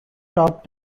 top